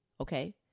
okay